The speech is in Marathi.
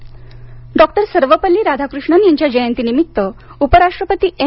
नायडू डॉक्टर सर्वपल्ली राधाकृष्णन यांच्या जयंतीनिमित्त उपराष्ट्रपती एम